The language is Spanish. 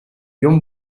john